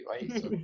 right